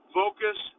focus